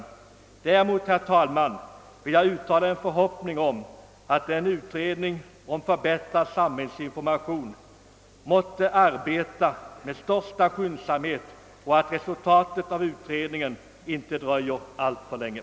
Däremot, herr talman, vill jag uttala en förhoppning om att utredningen om en förbättrad samhällsinformation måtte arbeta med största skyndsamhet och att resultatet av utredningen inte dröjer alltför länge.